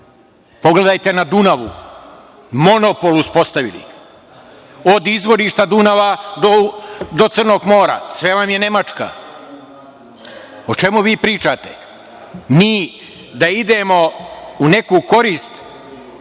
Pogledajte na Dunavu, monopol uspostavili. Od izvorišta Dunava do Crnog mora sve vam je Nemačka. O čemu vi pričate? Mi da idemo u neku korist